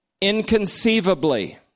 inconceivably